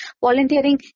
volunteering